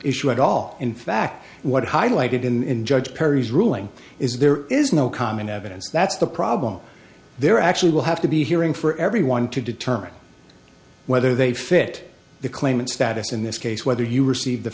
issue at all in fact what is highlighted in judge perry's ruling is there is no common evidence that's the problem there actually will have to be hearing for everyone to determine whether they fit the claimant status in this case whether you received the